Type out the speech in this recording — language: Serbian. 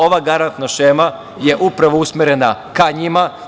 Ova garantna šema je upravo usmerena ka njima.